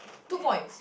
two points